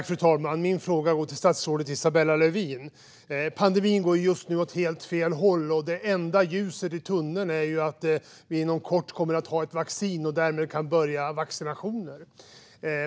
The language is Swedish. Fru talman! Min fråga går till statsrådet Isabella Lövin. Pandemin går just nu åt helt fel håll. Det enda ljuset i tunneln är att det inom kort kommer att finnas vaccin och att vi därmed kan börja med vaccinationer.